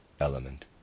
element